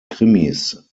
krimis